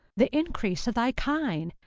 the increase of thy kine,